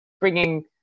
bringing